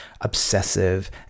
obsessive